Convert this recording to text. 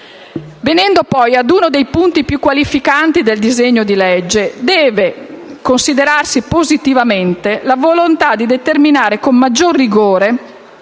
Venendo, poi, ad uno dei punti più qualificanti del disegno di legge, deve considerarsi positivamente la volontà di determinare con maggior rigore